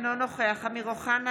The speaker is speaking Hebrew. אינו נכוח אמיר אוחנה,